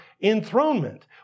enthronement